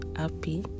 happy